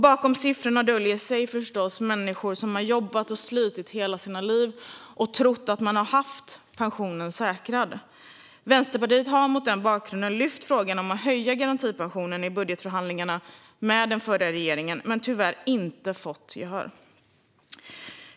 Bakom siffrorna döljer sig människor som har jobbat och slitit hela sina liv och trott att pensionen var säkrad. Vänsterpartiet har mot den bakgrunden lyft fram frågan om att höja garantipensionen i budgetförhandlingar med den förra regeringen men tyvärr inte fått gehör.